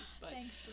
Thanks